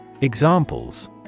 Examples